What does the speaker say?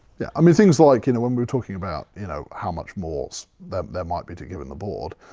yeah i mean things like you know, when we're talking about you know, how much more so there might be to give in the board,